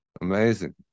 Amazing